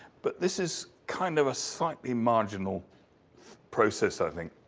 but this is kind of a slightly marginal process, i think.